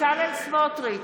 בצלאל סמוטריץ'